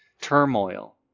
turmoil